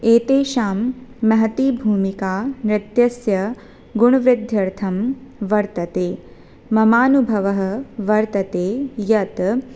एतेषां महती भूमिका नृत्यस्य गुणवृद्ध्यर्थं वर्तते ममानुभवः वर्तते यत्